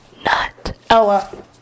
Nutella